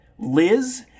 Liz